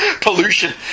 pollution